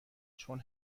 چون